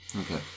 Okay